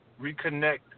reconnect